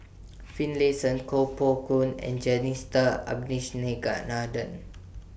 Finlayson Koh Poh Koon and Jacintha Abisheganaden